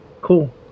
Cool